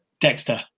Dexter